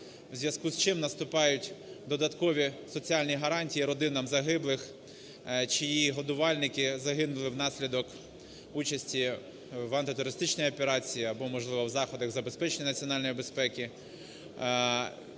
в зв'язку з цим наступають додаткові соціальні гарантії родинам загиблих, чиї годувальники загинули внаслідок участі в антитерористичній операції або, можливо, в заходах забезпечення національної безпеки